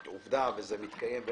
זה עובדה וזה מתקיים,